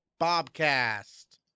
Bobcast